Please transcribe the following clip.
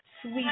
sweet